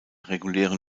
regulären